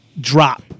drop